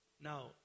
Now